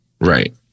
right